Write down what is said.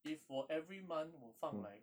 if 我 every month 我放 like